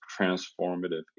transformative